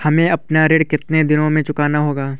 हमें अपना ऋण कितनी दिनों में चुकाना होगा?